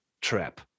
trap